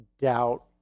doubt